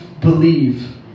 believe